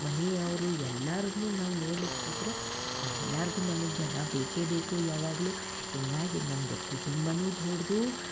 ಮನೆಯವ್ರು ಎಲ್ಲರನ್ನೂ ನಾವು ನೋಡ್ಲಿಕ್ಕೆ ಕೂತ್ರೆ ಎಲ್ಲರ್ಗೂ ನಮಗೆ ಜನ ಬೇಕೇ ಬೇಕು ಯಾವಾಗ್ಲೂ ಹೀಗಾಗಿ ನಮ್ದು ಕುಟುಂಬವೂ ದೊಡ್ಡದು